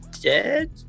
dead